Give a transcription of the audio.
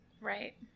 right